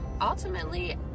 ultimately